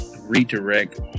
redirect